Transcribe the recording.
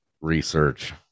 research